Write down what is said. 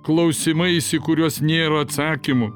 klausimais į kuriuos nėra atsakymų